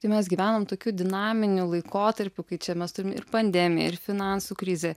tai mes gyvenam tokiu dinaminiu laikotarpiu kai čia mes turim ir pandemiją ir finansų krizė